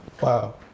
Wow